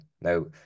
Now